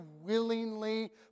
willingly